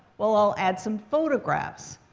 well, i'll add some photographs.